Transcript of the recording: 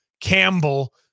Campbell